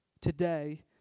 today